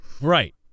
Right